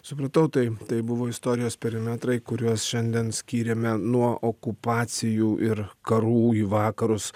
supratau tai tai buvo istorijos perimetrai kuriuos šiandien skyrėme nuo okupacijų ir karų į vakarus